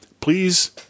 please